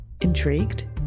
Intrigued